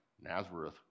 Nazareth